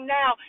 now